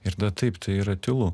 ir taip tai yra tylu